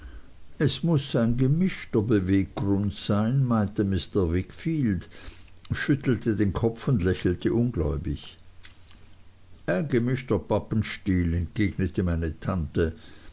es muß ein gemischter beweggrund sein meinte mr wickfield schüttelte den kopf und lächelte ungläubig ein gemischter pappenstiel entgegnete meine tante